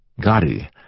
Gotti